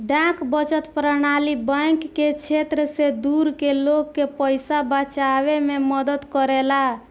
डाक बचत प्रणाली बैंक के क्षेत्र से दूर के लोग के पइसा बचावे में मदद करेला